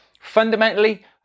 Fundamentally